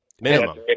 Minimum